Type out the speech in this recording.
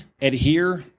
adhere